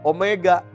Omega